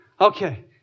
Okay